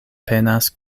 penas